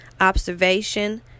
observation